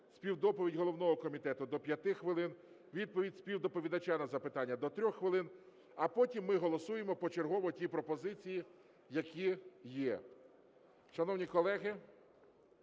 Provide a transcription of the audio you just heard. співдоповідь головного комітету – до 5 хвилин, відповідь співдоповідача на запитання – до 3 хвилин. А потім ми голосуємо почергово ті пропозиції, які є.